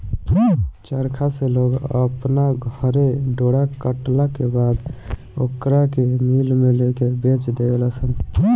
चरखा से लोग अपना घरे डोरा कटला के बाद ओकरा के मिल में लेके बेच देवे लनसन